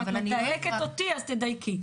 אם את מדייקת אותי, אז תדייקי.